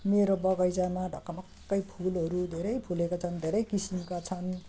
मेरो बगैँचामा ढकमक्कै फुलहरू धेरै फुलेको छन् धेरै किसिमका छन्